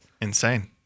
Insane